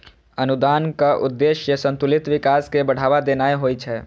अनुदानक उद्देश्य संतुलित विकास कें बढ़ावा देनाय होइ छै